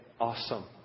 awesome